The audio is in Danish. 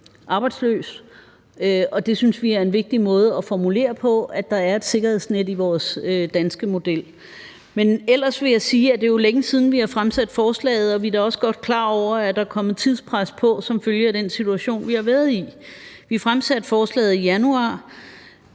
arbejdsløs, og det synes vi er en vigtig måde at formulere på, at der er et sikkerhedsnet i vores danske model. Ellers vil jeg sige, at det jo er længe siden, at vi har fremsat forslaget, og vi er da også godt klar over, at der er kommet tidspres på som følge af den situation, vi har været i. Vi fremsatte forslaget i januar,